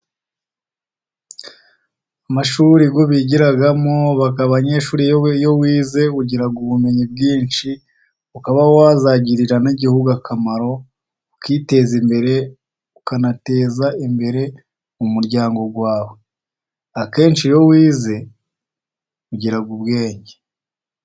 Amashuri yo bigiramo baka abanyeshuri iyo wize ugira ubumenyi bwinshi, ukaba wazagirira n'igihugu akamaro ukiteza imbere, ukanateza imbere umuryango wawe. Akenshi iyo wize ugira ubwenge.